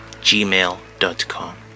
gmail.com